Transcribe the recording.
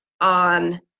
on